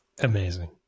Amazing